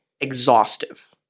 exhaustive